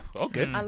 okay